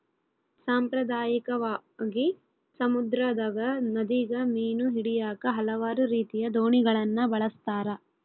ಸಾಂಪ್ರದಾಯಿಕವಾಗಿ, ಸಮುದ್ರದಗ, ನದಿಗ ಮೀನು ಹಿಡಿಯಾಕ ಹಲವಾರು ರೀತಿಯ ದೋಣಿಗಳನ್ನ ಬಳಸ್ತಾರ